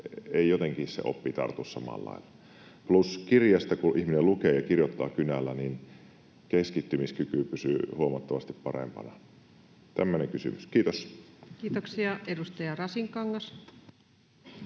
ja jotenkin se oppi ei tartu samalla lailla. Plus kirjasta kun ihminen lukee ja kirjoittaa kynällä, niin keskittymiskyky pysyy huomattavasti parempana. Tämmöinen kysymys. — Kiitos. [Speech 471]